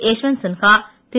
Yashwant Sinha Thiru